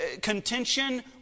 contention